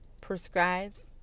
prescribes